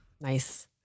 Nice